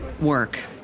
work